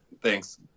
Thanks